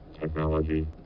technology